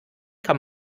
kann